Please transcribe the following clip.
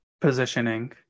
positioning